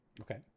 okay